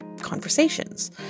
conversations